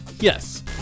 Yes